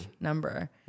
number